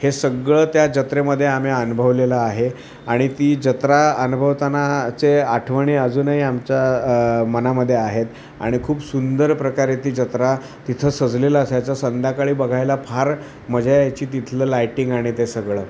हे सगळं त्या जत्रेमध्ये आम्ही अनुभवलेलं आहे आणि ती जत्रा अनुभवताना चे आठवणी अजूनही आमच्या मनामध्ये आहेत आणि खूप सुंदर प्रकारे ती जत्रा तिथं सजलेलं असायचं संध्याकाळी बघायला फार मजा यायची तिथलं लायटिंग आणि ते सगळं